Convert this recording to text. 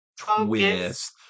twist